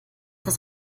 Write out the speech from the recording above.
das